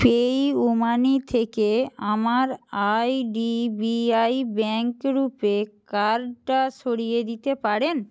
PayUmoney থেকে আমার IDBI bank RuPay কার্ডটা সরিয়ে দিতে পারেন